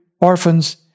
orphans